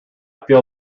feel